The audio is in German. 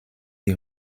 die